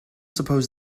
suppose